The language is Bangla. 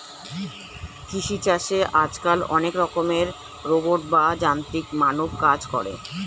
কৃষি চাষে আজকাল অনেক রকমের রোবট বা যান্ত্রিক মানব কাজ করে